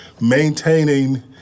maintaining